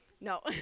No